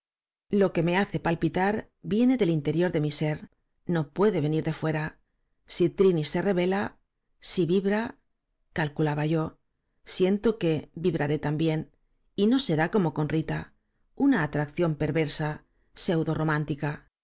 lo que me hace palpitar viene del interior de mi ser no puede venir de fuera si trini se revela si vibra calculaba y o siento que vibraré también y no será como con rita una atracción perversa